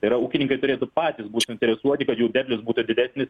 tai yra ūkininkai turėtų patys būt suinteresuoti kad jų derlius būtų didesnis